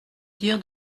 dire